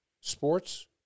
sports